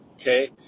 Okay